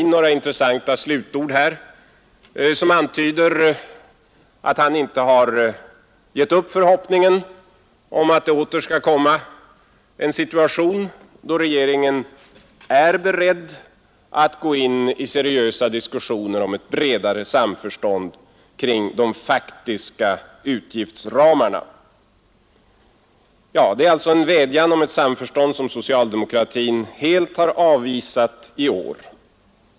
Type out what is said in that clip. Några intressanta slutord av herr Fälldin antyder att han inte har gett upp förhoppningen att det åter skall komma en situation, då regeringen är beredd att gå in i seriösa diskussioner om ett bredare samförstånd kring de faktiska utgiftsramarna. Det är alltså en vädjan om ett samförstånd, som socialdemokratin helt har avvisat i år.